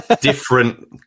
different